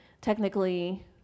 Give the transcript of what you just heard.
technically